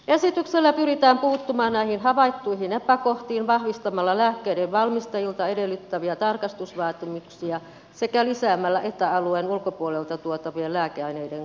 esityksellä pyritään puuttumaan näihin havaittuihin epäkohtiin vahvistamalla lääkkeiden valmistajilta edellytettäviä tarkastusvaatimuksia sekä lisäämällä eta alueen ulkopuolelta tuotavien lääkeaineiden kontrollia